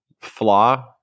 flaw